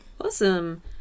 Awesome